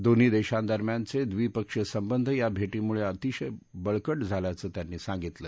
दोन्ही देशांदरम्यानचे द्वीपक्षीय संबंध या भेटीमुळे अतिशय बळकट झाल्याचं त्यांनी सांगितलं